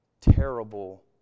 terrible